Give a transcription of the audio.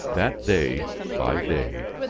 that, day by day,